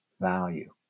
value